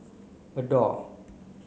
adore